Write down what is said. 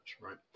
right